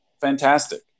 fantastic